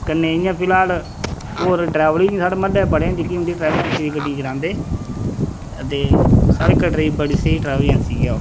कन्नै इ'यां फिलहाल होर डरैवर बी साढ़े म्हल्लै बड़े न जेह्की उंदी ट्रैवल एजेंसी दी गड्डी चलांदे ते साढ़े कटड़े दी बड़ी स्हेई ट्रैवल एजेंसी ऐ ओह्